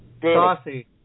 Saucy